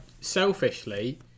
selfishly